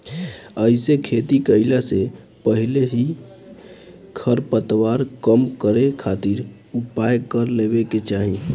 एहिसे खेती कईला से पहिले ही खरपतवार कम करे खातिर उपाय कर लेवे के चाही